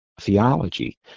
theology